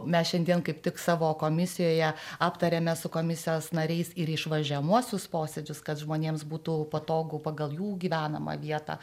mes šiandien kaip tik savo komisijoje aptarėme su komisijos nariais ir išvažiuojamuosius posėdžius kad žmonėms būtų patogu pagal jų gyvenamą vietą